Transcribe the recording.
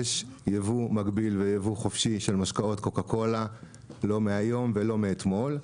יש ייבוא מקביל וייבוא חופשי של משקאות קוקה קולה לא מהיום ולא מאתמול.